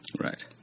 Right